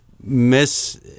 miss